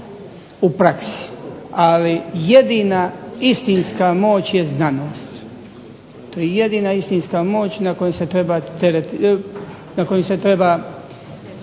u praksi, ali jedina istinska moć je znanost. To je jedina istinska moć na kojoj se treba